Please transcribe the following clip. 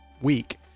week